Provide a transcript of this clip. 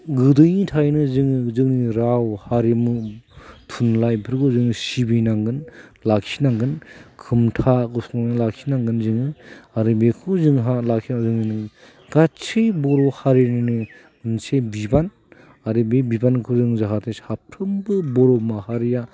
गोदोयैनि थाखायनो जोङो जोंनि राव हारिमु थुनलाइ बेफोरखौ जोङो सिबिनांगोन लाखिनांगोन खोमथा गसंना लाखिनांगोन जोङो आरो बेखौ जोंहा लाखिनायाव जोङो गासै बर' हारिनिनो मोनसे बिबान आरो बे बिबानखौ जों जाहाथे साफ्रोमबो बर' माहारिया